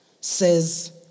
says